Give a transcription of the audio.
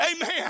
Amen